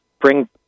bring